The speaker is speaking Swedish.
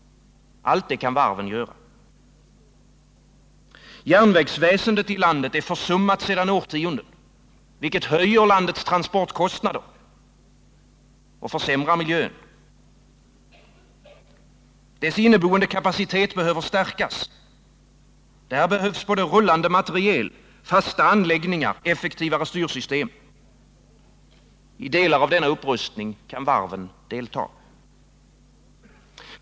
Allt det kan varven göra. Järnvägsväsendet i landet är försummat sedan årtionden, vilket höjer landets transportkostnader och försämrar miljön. Dess inneboende kapacitet behöver stärkas. Där behövs rullande materiel, fasta anläggningar, effektivare styrsystem. I delar av denna upprustning kan varven delta.